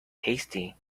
hasty